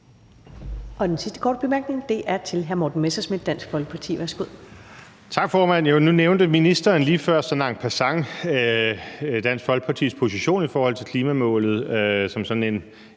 Den sidste korte bemærkning er til hr. Morten Messerschmidt, Dansk Folkeparti. Værsgo.